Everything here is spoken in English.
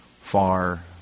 far